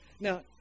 Now